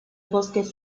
bosques